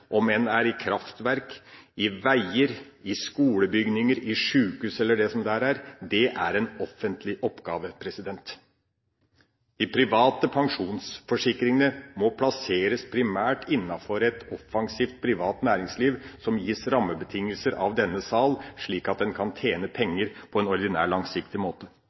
om det er i kraftverk, i veier, i skolebygninger, i sjukehus eller det som der er. Det er en offentlig oppgave. De private pensjonsforsikringene må primært plasseres innenfor et offensivt privat næringsliv som gis rammebetingelser fra denne sal, slik at en kan tjene penger på en ordinær, langsiktig måte.